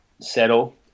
settle